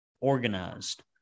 organized